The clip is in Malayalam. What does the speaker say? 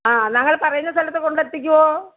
ആ ഞങ്ങൾ പറയുന്ന സ്ഥലത്ത് കൊണ്ടെത്തിക്കുമോ